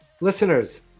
listeners